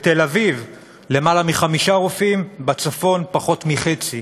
בתל-אביב למעלה מחמישה רופאים, בצפון, פחות מחצי.